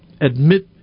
admit